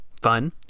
fun